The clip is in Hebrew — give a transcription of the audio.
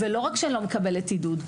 ולא רק שאני לא מקבלת עידוד,